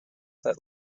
that